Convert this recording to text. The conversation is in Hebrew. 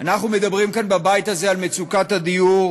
אנחנו מדברים כאן בבית הזה על מצוקת הדיור,